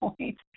point